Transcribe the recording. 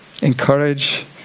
Encourage